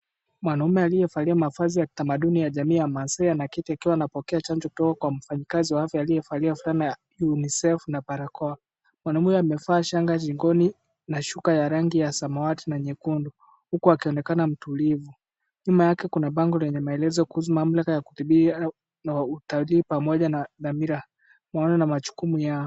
Mwanaume aliyevalia mavazi ya kitamaduni ya jamii ya maasai anaketi akiwa anapokea chanjo kutoka mfanyikazi wa afya aliyevalia fulana ya UNICEF na barakoa. Mwanaume amevaa shanga shingoni na shuka ya rangi ya samawati na nyekundu huku akionekana mtulivu. Nyuma yake kuna bango lenye maelezo kuhusu mamlaka ya kupigia na utalii pamoja na mila na majukumu yao.